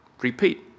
repeat